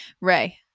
Ray